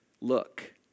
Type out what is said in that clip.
look